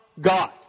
God